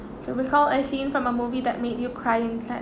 so recall a scene from a movie that made you cry in sil~